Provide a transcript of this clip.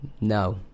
No